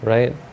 Right